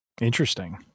interesting